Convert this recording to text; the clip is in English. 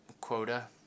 quota